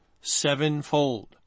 sevenfold